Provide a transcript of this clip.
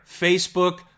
Facebook